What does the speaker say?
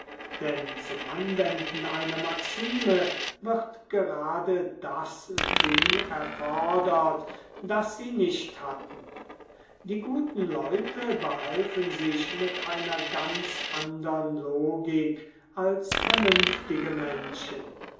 denn zum anwenden einer maxime wird gerade das ding erfordert das sie nicht hatten die guten leute behalfen sich mit einer ganz andern logik als vernünftige menschen